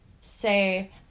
say